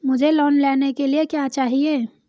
मुझे लोन लेने के लिए क्या चाहिए?